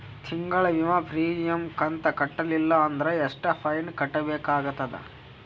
ತಿಂಗಳ ವಿಮಾ ಪ್ರೀಮಿಯಂ ಕಂತ ಕಟ್ಟಲಿಲ್ಲ ಅಂದ್ರ ಎಷ್ಟ ಫೈನ ಕಟ್ಟಬೇಕಾಗತದ?